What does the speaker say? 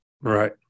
Right